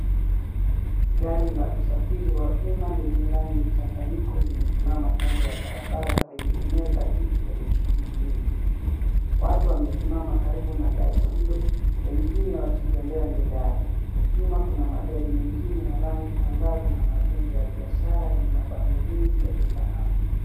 Gari la usafiri wa umma lenye rangi mchanganyiko limesimama kando ya barabara kwenye eneo la jiji lenye shughuli nyingi. Watu wamesimama karibu na gari hilo wengine wakitembea mbele yake. Nyuma kuna magari mengine ya rangi angavu na majengo ya biashara yenye mabango mengi yaliyofanana.